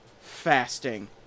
fasting